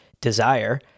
desire